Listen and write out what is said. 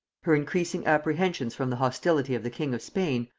her increasing apprehensions from the hostility of the king of spain,